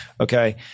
Okay